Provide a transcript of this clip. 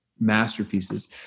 masterpieces